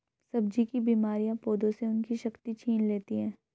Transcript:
सब्जी की बीमारियां पौधों से उनकी शक्ति छीन लेती हैं